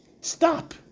stop